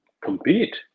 compete